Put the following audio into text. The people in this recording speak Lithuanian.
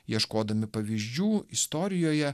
ieškodami pavyzdžių istorijoje